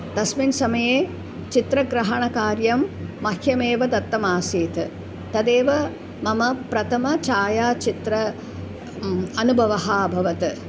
तस्मिन् समये चित्रग्रहणकार्यं मह्यमेव दत्तमासीत् तदेव मम प्रथमं छायाचित्रस्य अनुभवः अभवत्